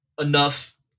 enough